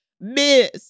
Miss